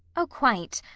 oh, quite.